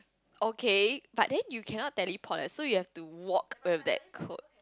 okay but then you cannot teleport eh so you have to walk with that coat